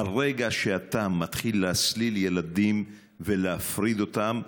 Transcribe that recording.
ברגע שאתה מתחיל להסליל ילדים ולהפריד אותם,